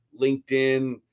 LinkedIn